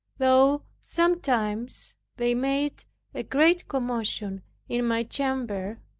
though sometimes they made a great commotion in my chamber.